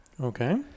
Okay